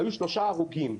היו שלושה הרוגים,